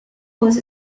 was